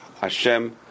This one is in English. Hashem